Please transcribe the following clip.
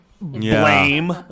Blame